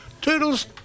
Toodles